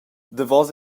davos